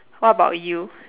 what about you